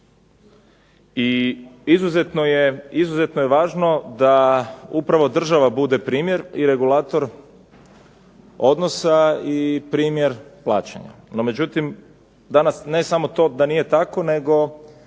I izuzetno je važno da upravo država bude primjer i regulator odnosa i primjer plaćanja. No međutim, danas ne samo to da nije tako nego